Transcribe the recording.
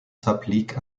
s’applique